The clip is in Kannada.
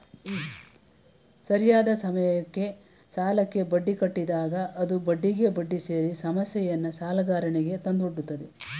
ಸರಿಯಾದ ಸಮಯಕ್ಕೆ ಸಾಲಕ್ಕೆ ಬಡ್ಡಿ ಕಟ್ಟಿದಾಗ ಅದು ಬಡ್ಡಿಗೆ ಬಡ್ಡಿ ಸೇರಿ ಸಮಸ್ಯೆಯನ್ನು ಸಾಲಗಾರನಿಗೆ ತಂದೊಡ್ಡುತ್ತದೆ